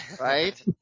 right